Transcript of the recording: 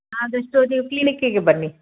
ಆದಷ್ಟು ನೀವು ಕ್ಲಿನಿಕಿಗೆ ಬನ್ನಿ